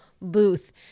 booth